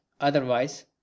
otherwise